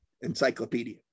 encyclopedia